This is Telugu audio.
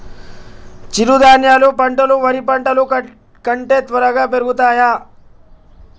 చిరుధాన్యాలు పంటలు వరి పంటలు కంటే త్వరగా పెరుగుతయా?